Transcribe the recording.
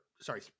sorry